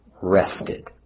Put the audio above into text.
rested